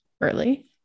early